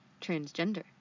transgender